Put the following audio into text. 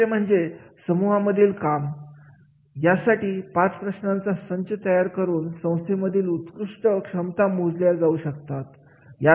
तिसरे म्हणजे समूहा मधील काम यासाठी पाच प्रश्नांचा संच तयार करून संस्थेमधील उत्कृष्ट क्षमता मोजले जाऊ शकतात